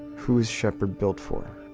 who is shepherd built for.